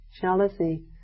jealousy